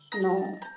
No